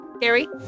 Gary